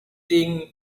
think